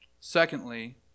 Secondly